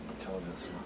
Intelligence